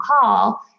call